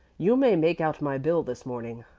you may make out my bill this morning.